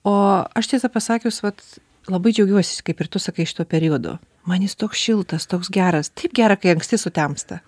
o aš tiesą pasakius vat labai džiaugiuosi kaip ir tu sakai šitu periodu man jis toks šiltas toks geras taip gera kai anksti sutemsta